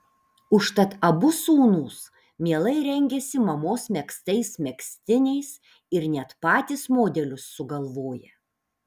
užtat abu sūnūs mielai rengiasi mamos megztais megztiniais ir net patys modelius sugalvoja